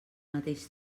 mateix